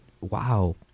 wow